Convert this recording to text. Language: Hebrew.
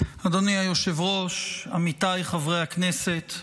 אדוני היושב-ראש, עמיתיי חברי הכנסת,